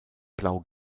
blau